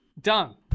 Done